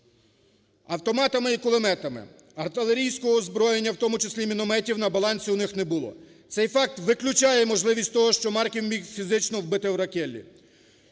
автоматами і кулеметами, артилерійського озброєння, в тому числі мінометів, на балансі у них було. Цей факт виключає можливість того, що Марків міг фізично вбити Роккеллі.